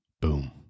Boom